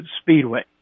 Speedway